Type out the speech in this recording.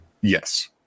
Yes